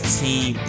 team